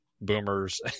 boomers